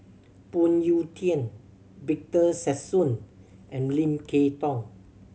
Phoon Yew Tien Victor Sassoon and Lim Kay Tong